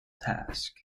task